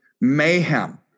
mayhem